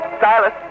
Silas